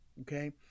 Okay